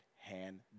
hand